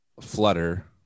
flutter